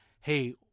hey